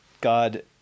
God